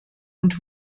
und